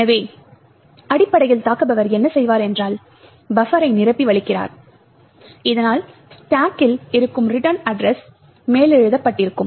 எனவே அடிப்படையில் தாக்குபவர் என்ன செய்வார் என்றால் பஃபரை நிரம்பி வழிகிறார் இதனால் ஸ்டாக்கில் இருக்கும் ரிட்டர்ன் அட்ரஸ் மேலெழுதப்பட்டிருக்கும்